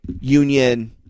Union